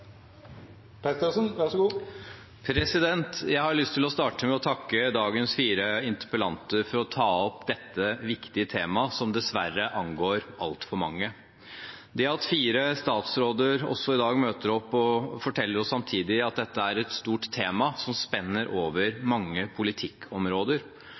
Jeg har lyst til å starte med å takke dagens fire interpellanter for å ta opp dette viktige temaet, som dessverre angår altfor mange. Det at fire statsråder møter opp i dag, forteller oss samtidig at dette er et stort tema som spenner